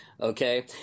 okay